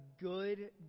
good